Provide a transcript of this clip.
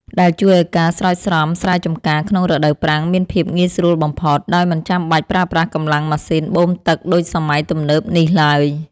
ដែលជួយឱ្យការស្រោចស្រពស្រែចម្ការក្នុងរដូវប្រាំងមានភាពងាយស្រួលបំផុត ដោយមិនចាំបាច់ប្រើប្រាស់កម្លាំងម៉ាស៊ីនបូមទឹកដូចសម័យទំនើបនេះឡើយ។